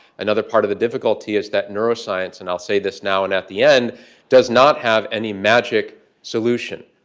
another part of the difficulty is that neuroscience and i'll say this now and at the end does not have any magic solution.